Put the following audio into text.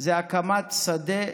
זה הקמת שדה